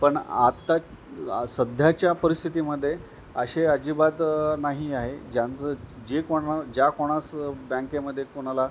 पण आत्ता ग् सध्याच्या परिस्थितीमध्ये असे अजिबात नाही आहे ज्यांचं जे कोणा ज्या कोणासं बँकेमध्ये कुणाला